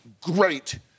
great